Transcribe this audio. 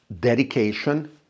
dedication